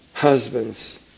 Husbands